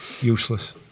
Useless